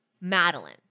Madeline